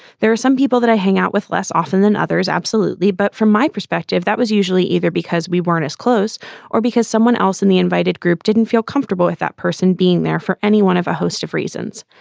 there are some people that i hang out with less often than others. absolutely, but from my perspective that was usually either because we weren't as close or because someone else in the invited group didn't feel comfortable with that person being there for any one of a host of reasons.